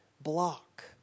block